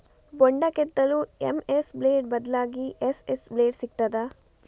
ಬೊಂಡ ಕೆತ್ತಲು MS blade ಬದ್ಲಾಗಿ ಎಸ್.ಎಸ್ ಬ್ಲೇಡ್ ಸಿಕ್ತಾದ?